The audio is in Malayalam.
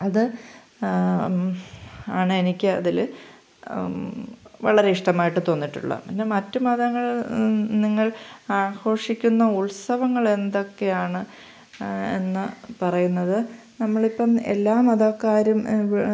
അത് ആണെനിക്ക് അതിൽ വളരെ ഇഷ്ടമായിട്ട് തോന്നിയിട്ടുള്ളത് പിന്നെ മറ്റു മതങ്ങൾ നിങ്ങൾ ആഘോഷിക്കുന്ന ഉത്സവങ്ങൾ എന്തൊക്കെയാണ് എന്ന് പറയുന്നത് നമ്മളിപ്പം എല്ലാ മതക്കാരും വ്